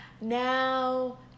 Now